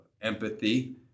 empathy